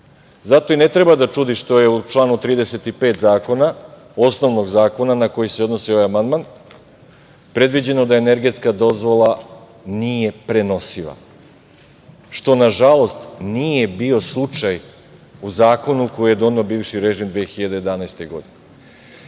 Zato i ne treba da čudi što je u članu 35. osnovnog zakona na koji se odnosi ovaj amandman predviđeno da energetska dozvola nije prenosiva, što nažalost nije bio slučaj u zakonu koji je doneo bivši režim 2011. godine. Koliko